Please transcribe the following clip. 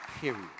Period